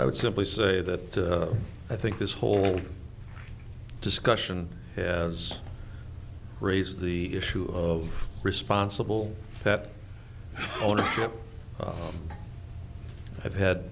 i would simply say that i think this whole discussion has raised the issue of responsible pet ownership i've had